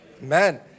Man